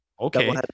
Okay